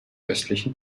östlichen